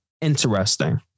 interesting